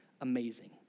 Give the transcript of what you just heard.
amazing